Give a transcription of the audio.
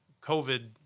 COVID